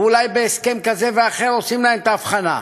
ואולי בהסכם כזה ואחר עושים להם את ההבחנה,